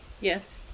Yes